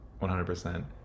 100%